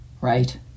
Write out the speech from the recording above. right